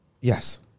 Yes